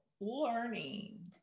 learning